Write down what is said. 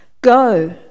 Go